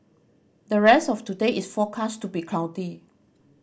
the rest of today is forecast to be cloudy